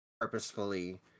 purposefully